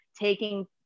taking